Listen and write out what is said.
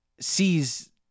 sees